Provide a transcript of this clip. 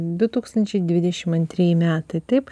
du tūkstančiai dvidešim antrieji metai taip